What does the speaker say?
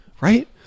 right